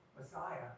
Messiah